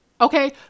Okay